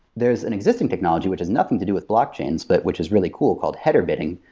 there's an existing technology which is nothing to do with blockchains, but which his really cool, called header bidding,